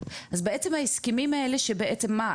אז בעצם ההסכמים האלה שבעצם מה,